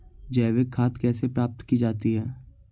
जैविक खाद कैसे प्राप्त की जाती है?